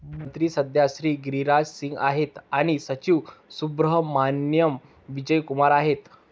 मंत्री सध्या श्री गिरिराज सिंग आहेत आणि सचिव सुब्रहमान्याम विजय कुमार आहेत